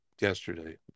yesterday